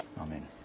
Amen